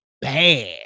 bad